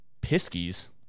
Piskies